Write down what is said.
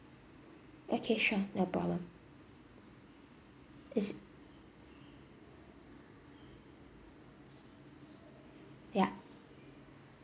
okay sure no problem is yup